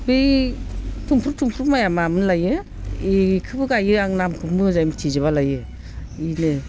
बै थुमफ्रु थुमफ्रु माइया मा मोनलाय बेखौबो गायो आङो नामखौ मोजां मिनथिजोबालायो बेनो